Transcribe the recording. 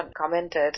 commented